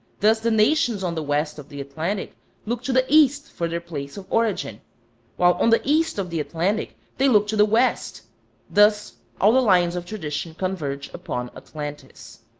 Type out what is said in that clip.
thus the nations on the west of the atlantic look to the east for their place of origin while on the east of the atlantic they look to the west thus all the lines of tradition converge upon atlantis.